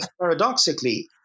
paradoxically